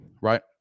Right